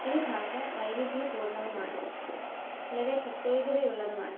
ഈ ഭാഷ വൈവിധ്യ പൂർണ്ണവുമാണ് വളരെ പ്രത്യേകതയുള്ളതുമാണ്